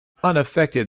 unaffected